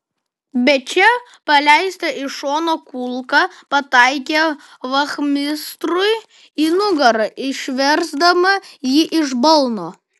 bet čia paleista iš šono kulka pataikė vachmistrui į nugarą išversdama jį iš balno